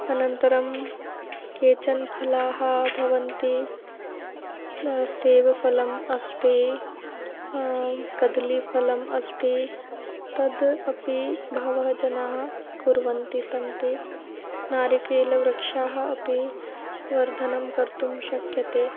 अनन्तरं केचन फलाः भवन्ति सेवफलम् अस्ति कदलीफलम् अस्ति तद् अपि बहवः जनाः कुर्वन्तः सन्ति नारिकेलवृक्षाः अपि वर्धनं कर्तुं शक्यते